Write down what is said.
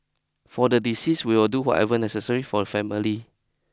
for the deceased we will do whatever necessary for a family